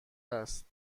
است